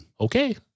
Okay